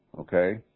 Okay